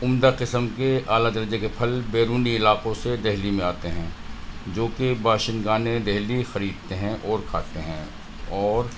عمدہ قسم کے اعلیٰ درجے کے پھل بیرونی علاقوں سے دہلی میں آتے ہیں جو کہ باشندگانِ دہلی خریدتے ہیں اور کھاتے ہیں اور